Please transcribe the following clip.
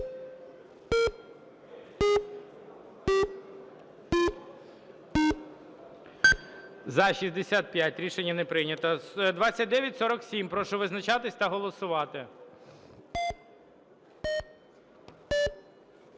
За-65 Рішення не прийнято. 2947. Прошу визначатись та голосувати.